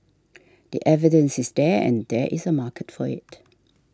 the evidence is there and there is a market for it